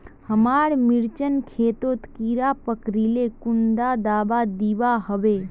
हमार मिर्चन खेतोत कीड़ा पकरिले कुन दाबा दुआहोबे?